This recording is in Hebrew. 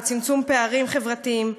צמצום פערים חברתיים,